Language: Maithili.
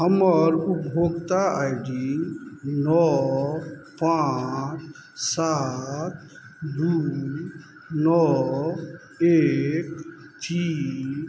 हमर उपभोक्ता आइ डी नओ पाँच सात दू नओ एक तीन